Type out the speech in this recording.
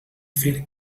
fer